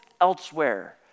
elsewhere